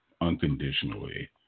unconditionally